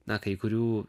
na kai kurių